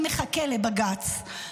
אני מחכה לבג"ץ.